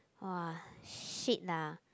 !wah! shit lah